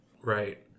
right